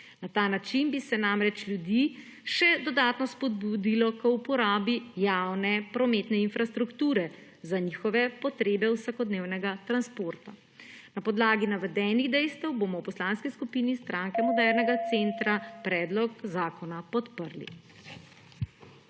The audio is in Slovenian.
Na ta način bi se namreč ljudi še dodatno spodbudilo k uporabi javne prometne infrastrukture za njihove potrebe vsakodnevnega transporta. Na podlagi navedenih dejstev bomo v Poslanski skupini SMC predlog zakona podprli.